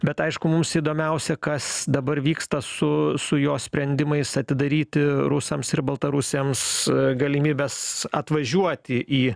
bet aišku mums įdomiausia kas dabar vyksta su su jo sprendimais atidaryti rusams ir baltarusiams galimybes atvažiuoti į